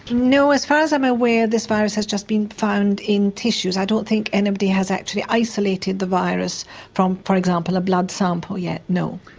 no, as far as i'm aware this virus has just been found in tissues, i don't think anybody has actually isolated the virus from for example a blood sample yet no.